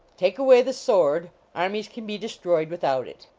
take away the sword armies can be destroyed without it.